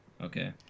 Okay